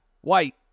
white